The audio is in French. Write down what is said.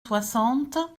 soixante